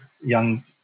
young